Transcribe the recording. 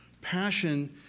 Passion